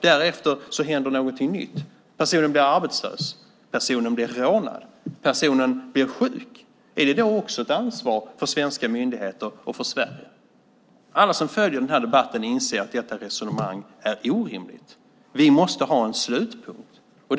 Därefter händer någonting nytt. Personen blir arbetslös. Personen blir rånad. Personen blir sjuk. Är det då också ett ansvar för svenska myndigheter och för Sverige? Alla som följer den här debatten inser att detta resonemang är orimligt. Vi måste ha en slutpunkt.